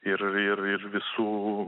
ir visų